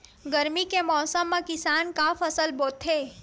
गरमी के मौसम मा किसान का फसल बोथे?